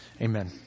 Amen